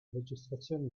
registrazioni